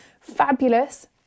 fabulous